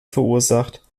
verursacht